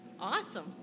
Awesome